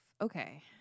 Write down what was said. Okay